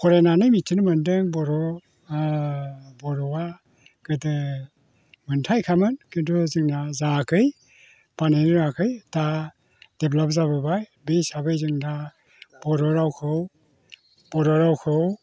फरायनानै मिथिनो मोनदों बर' बर'आ गोदो मोनथायखामोन किन्तु जोंनिया जायाखै बानायनो रोङाखौ दा देभलप जाबोबाय बे हिसाबै जों दा बर' रावखौ